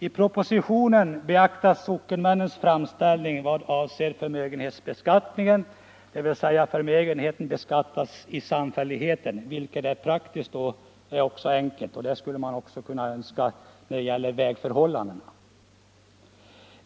I propositionen beaktas sockenmännens framställning i vad avser förmögenhetsbeskattningen, dvs. förmögenheten beskattas i samfälligheten vilket är praktiskt och enkelt. Detsamma skulle man kunna önska när det gäller vägförhållandena.